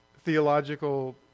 theological